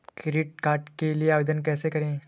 Credit card के लिए आवेदन कैसे करें?